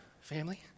family